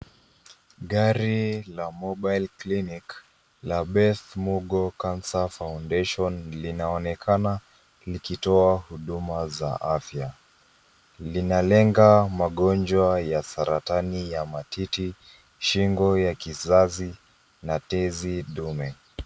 Gari la mobile clinic la Best Mugo Cancer Foundation linaonekana likitoa huduma za afya. Linalenga magonjwa ya saratani ya matiti, shingo, ya kizazi na tezi dume.